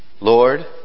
Lord